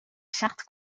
charts